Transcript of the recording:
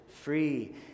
free